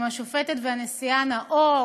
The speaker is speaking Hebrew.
גם השופטת והנשיאה נאור,